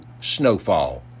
snowfall